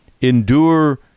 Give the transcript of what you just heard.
endure